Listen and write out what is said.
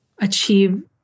achieve